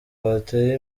watera